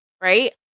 right